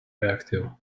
active